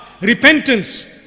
repentance